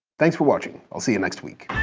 thanks for watching. i'll see you next week.